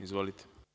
Izvolite.